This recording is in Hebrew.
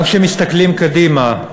גם כשמסתכלים קדימה,